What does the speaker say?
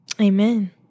Amen